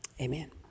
Amen